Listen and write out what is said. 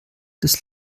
des